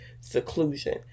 seclusion